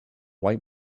white